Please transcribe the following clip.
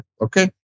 Okay